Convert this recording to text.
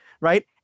right